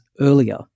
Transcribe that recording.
earlier